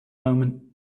moment